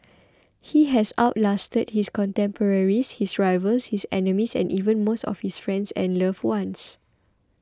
he has out lasted his contemporaries his rivals his enemies and even most of his friends and loved ones